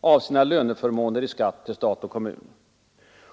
av sina löneförmåner i skatt till stat och kommun.